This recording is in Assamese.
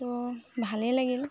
তো ভালেই লাগিল